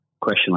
question